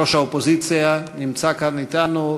ראש האופוזיציה נמצא כאן אתנו,